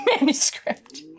Manuscript